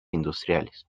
industriales